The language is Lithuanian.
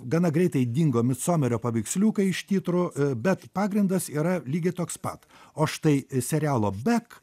gana greitai dingo micomerio paveiksliukai iš titrų bet pagrindas yra lygiai toks pat o štai serialo bek